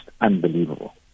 unbelievable